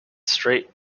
straight